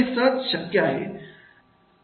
हे सहज शक्य आहे